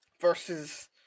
versus